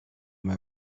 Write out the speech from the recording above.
him